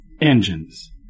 engines